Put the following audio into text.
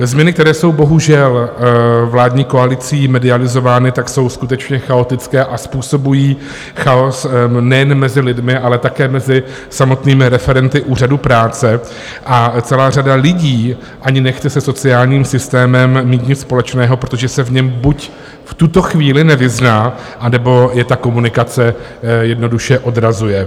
Změny, které jsou bohužel vládní koalicí medializovány, jsou skutečně chaotické a způsobují chaos nejen mezi lidmi, ale také mezi samotnými referenty Úřadu práce, a celá řada lidí ani nechce se sociálním systémem mít nic společného, protože se v něm buď v tuto chvíli nevyzná, anebo je ta komunikace jednoduše odrazuje.